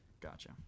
Gotcha